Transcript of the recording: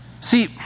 See